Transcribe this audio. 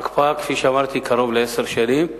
ההקפאה, כפי שאמרתי, היא קרוב לעשר שנים.